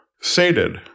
Sated